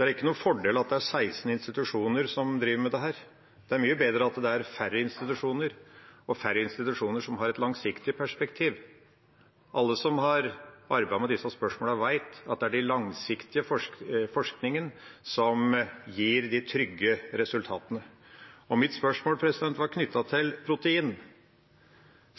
Det er ingen fordel at det er 16 institusjoner som driver med dette. Det er mye bedre at det er færre institusjoner som har et langsiktig perspektiv. Alle som har arbeidet med disse spørsmålene, vet at det er den langsiktige forskningen som gir de trygge resultatene. Mitt spørsmål var knyttet til protein.